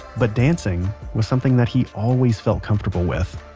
but dancing was something that he always felt comfortable with